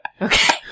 Okay